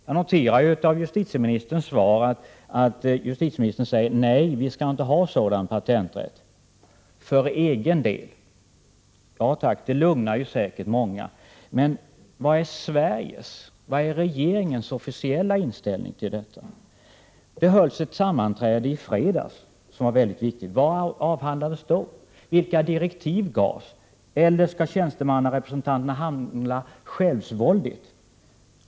Jag noterar av justitieministerns svar att justitieministern säger nej — vi skall inte ha sådan patenträtt för egen del. Ja tack, det lugnar säkert många, men vad är regeringens officiella inställning till detta? Det hölls ett sammanträde i fredags som var mycket viktigt. Vad avhandlades då? Vilka direktiv gavs? Eller skall tjänstemannarepresentanterna handla självsvåldigt?